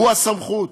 הוא הסמכות,